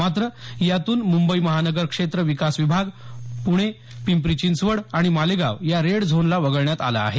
मात्र यातून मुंबई महानगर क्षेत्र विकास विभाग पुणे पिंपरी चिंचवड आणि मालेगाव या रेड झोनला वगळण्यात आलं आहे